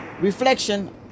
reflection